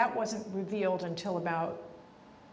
that wasn't revealed until about